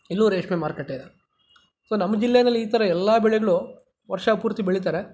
ಇಲ್ಲೂ ರೇಷ್ಮೆ ಮಾರುಕಟ್ಟೆ ಇದೆ ಸೊ ನಮ್ಮ ಜಿಲ್ಲೆಯಲ್ಲಿ ಈ ಥರ ಎಲ್ಲ ಬೆಳೆಗಳು ವರ್ಷ ಪೂರ್ತಿ ಬೆಳೀತಾರೆ